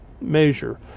measure